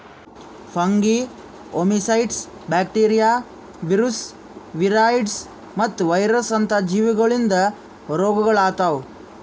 fungi, oomycetes, bacteria, viruses, viroids ಮತ್ತ virus ಅಂತ ಜೀವಿಗೊಳಿಂದ್ ರೋಗಗೊಳ್ ಆತವ್